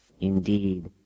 Indeed